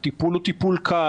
הטיפול הוא טיפול קל.